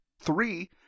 three